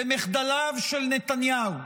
למחדליו של נתניהו,